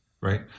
right